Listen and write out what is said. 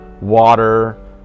water